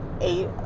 eight